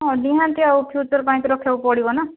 ହଁ ନିହାତି ଆଉ ଫ୍ୟୁଚର୍ ପାଇଁ ତ ରଖିବାକୁ ପଡ଼ିବ ନା